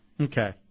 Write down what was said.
Okay